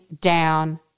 down